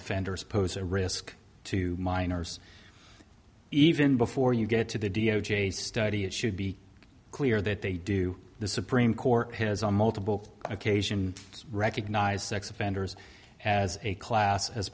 offenders pose a risk to minors even before you get to the d o j study it should be clear that they do the supreme court has on multiple occasion recognised sex offenders as a class as